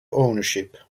ownership